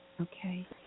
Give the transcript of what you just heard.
Okay